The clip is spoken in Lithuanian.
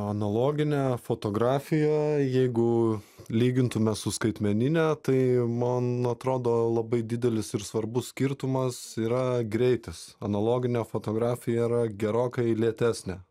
analoginė fotografija jeigu lygintume su skaitmenine tai man atrodo labai didelis ir svarbus skirtumas yra greitis analoginė fotografija yra gerokai lėtesnė